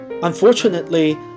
Unfortunately